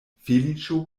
feliĉo